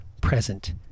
present